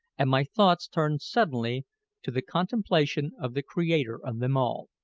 and my thoughts turned suddenly to the contemplation of the creator of them all.